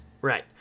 Right